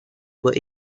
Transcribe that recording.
were